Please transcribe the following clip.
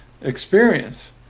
experience